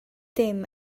dim